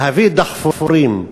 להביא דחפורים,